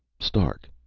stark,